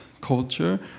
culture